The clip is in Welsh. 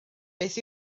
beth